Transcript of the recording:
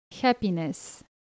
happiness